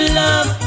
love